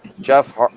Jeff